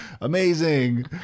Amazing